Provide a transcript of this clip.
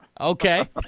Okay